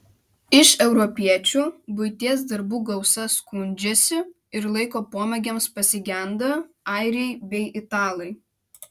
iš europiečių buities darbų gausa skundžiasi ir laiko pomėgiams pasigenda airiai bei italai